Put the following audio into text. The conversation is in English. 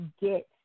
get